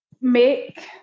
make